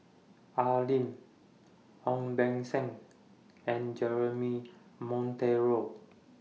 Al Lim Ong Beng Seng and Jeremy Monteiro